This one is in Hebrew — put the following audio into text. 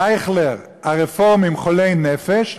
"אייכלר: הרפורמים חולי נפש",